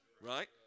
right